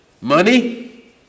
Money